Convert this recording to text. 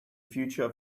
future